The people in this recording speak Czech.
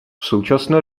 současné